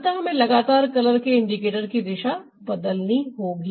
अतः हमें लगातार कलर के इंडिकेटर की दिशा बदलनी होगी